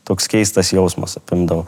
toks keistas jausmas apimdavo